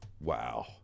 Wow